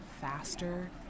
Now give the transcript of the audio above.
faster